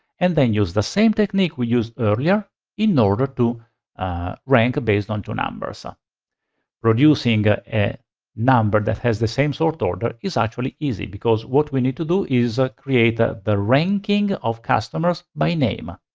and then use the same technique we used earlier in order to rank based on two numbers. ah producing ah a number that has the same sort order is actually easy because what we need to do is ah create the the ranking of customers by name,